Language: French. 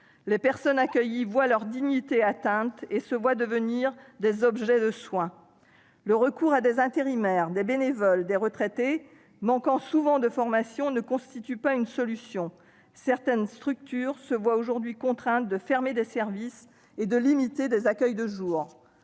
C'est là une atteinte à leur dignité. Ces personnes deviennent alors des objets de soins. Le recours à des intérimaires, à des bénévoles ou à des retraités manquant souvent de formation ne constitue pas une solution. Certaines structures se voient aujourd'hui contraintes de fermer des services et de limiter les accueils de jour.